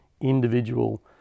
individual